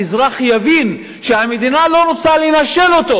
האזרח יבין שהמדינה לא רוצה לנשל אותו,